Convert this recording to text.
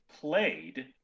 Played